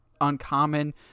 uncommon